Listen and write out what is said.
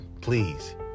please